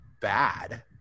bad